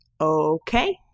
Okay